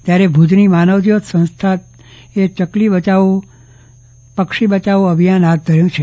ત્યારે ભુજની માનવ જ્યોત સંસ્થાએ ચકલી બચાવો પક્ષી બચાવો અભિયાન હાથ ધર્યું છે